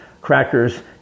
crackers